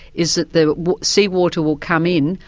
is that the sea water will come in,